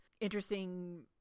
interesting